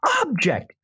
object